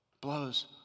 blows